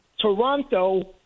Toronto